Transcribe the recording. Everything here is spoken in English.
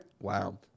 Wow